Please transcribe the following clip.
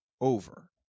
over